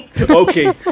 Okay